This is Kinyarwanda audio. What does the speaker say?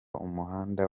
umuhanda